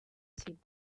seemed